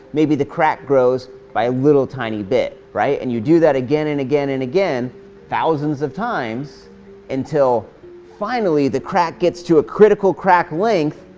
maybe the crack grows by a little, tiny bit, right? and you do that again, and again, and again thousands of times until finally, the crack gets to a critical crack length,